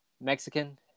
Mexican